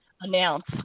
announce